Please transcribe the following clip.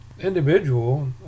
individual